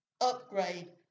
upgrade